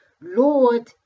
Lord